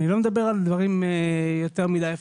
אני לא מדבר על דברים יותר מידי.